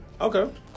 Okay